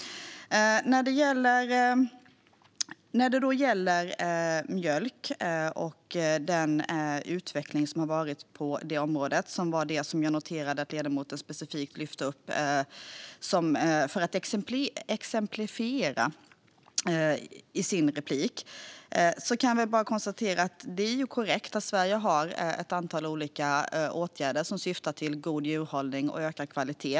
När det gäller mjölk och den utveckling som har varit på det området, som var det som jag noterade att ledamoten specifikt lyfte upp för att exemplifiera i sitt anförande, kan jag konstatera att det är korrekt att Sverige har ett antal olika åtgärder som syftar till god djurhållning och ökad kvalitet.